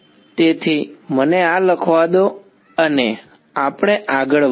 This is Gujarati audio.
તેથી મને આ લખવા દો અને આપણે આગળ વધીએ